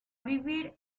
vivir